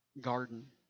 garden